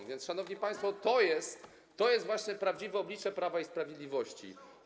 A więc, szanowni państwo, to jest właśnie prawdziwe oblicze Prawa i Sprawiedliwości.